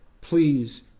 Please